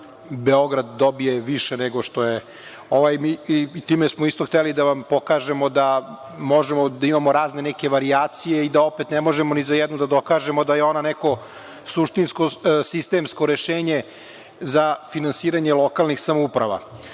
Beograd dobije više i time smo isto hteli da vam pokažemo da možemo da imamo razne neke varijacije i da opet ne možemo ni za jednu da dokažemo da je ona neko suštinsko, sistemsko rešenje za finansiranje lokalnih samouprava. To